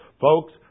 Folks